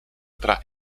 tra